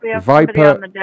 Viper